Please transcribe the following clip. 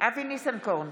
אבי ניסנקורן,